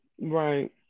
Right